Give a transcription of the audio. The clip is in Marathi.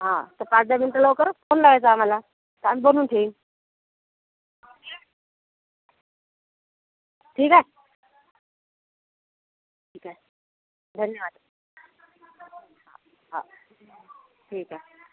हां तर पाच दहा मिंट लवकरच फोन लावायचा आम्हाला तर आम्ही बनून ठेवीन ठिक आहे ठिक आहे धन्यवाद हां ठिक आहे